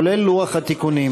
כולל לוח התיקונים,